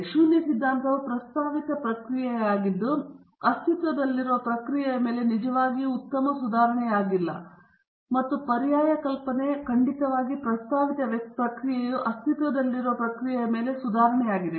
ಆದ್ದರಿಂದ ಶೂನ್ಯ ಸಿದ್ಧಾಂತವು ಪ್ರಸ್ತಾವಿತ ಪ್ರಕ್ರಿಯೆಯಾಗಿದ್ದು ಅಸ್ತಿತ್ವದಲ್ಲಿರುವ ಪ್ರಕ್ರಿಯೆಯ ಮೇಲೆ ನಿಜವಾಗಿಯೂ ಉತ್ತಮ ಸುಧಾರಣೆಯಾಗಿಲ್ಲ ಮತ್ತು ಪರ್ಯಾಯ ಕಲ್ಪನೆ ಖಂಡಿತವಾಗಿ ಪ್ರಸ್ತಾವಿತ ಪ್ರಕ್ರಿಯೆಯು ಅಸ್ತಿತ್ವದಲ್ಲಿರುವ ಪ್ರಕ್ರಿಯೆಯ ಮೇಲೆ ಸುಧಾರಣೆಯಾಗಿದೆ